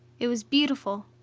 it was beautiful,